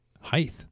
Height